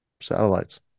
Satellites